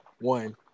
one